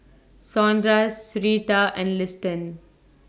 Saundra Syreeta and Liston